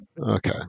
okay